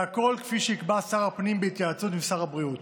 והכול כפי שיקבע שר הפנים בהתייעצות עם שר הבריאות.